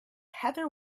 heather